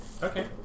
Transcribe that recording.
Okay